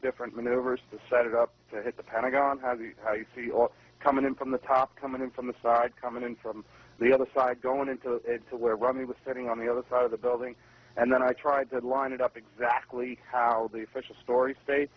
different maneuvers to set it up to hit the pentagon has how you see on coming in from the top coming in from the side coming in from the other side going into to where romney was sitting on the other side of the building and then i tried to line it up exactly how the official story state